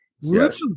Yes